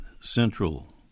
central